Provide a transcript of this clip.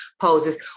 poses